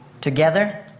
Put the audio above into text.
Together